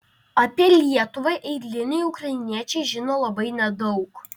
apie lietuvą eiliniai ukrainiečiai žino labai nedaug